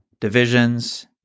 divisions